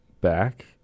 back